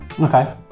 Okay